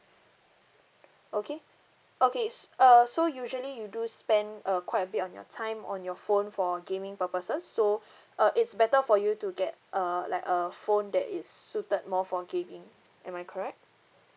okay okay s~ uh so usually you do spend uh quite a bit on your time on your phone for gaming purposes so uh it's better for you to get a like a phone that is suited more for gaming am I correct